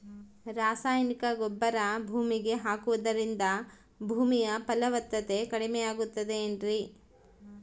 ರಾಸಾಯನಿಕ ಗೊಬ್ಬರ ಭೂಮಿಗೆ ಹಾಕುವುದರಿಂದ ಭೂಮಿಯ ಫಲವತ್ತತೆ ಕಡಿಮೆಯಾಗುತ್ತದೆ ಏನ್ರಿ?